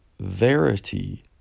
Verity